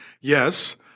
Yes